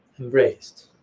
embraced